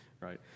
right